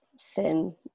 thin